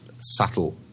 subtle